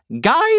Guide